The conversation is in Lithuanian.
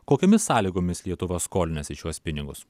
kokiomis sąlygomis lietuva skolinasi šiuos pinigus